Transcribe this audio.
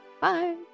Bye